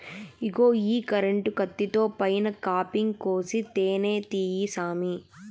ఇగో ఈ కరెంటు కత్తితో పైన కాపింగ్ కోసి తేనే తీయి సామీ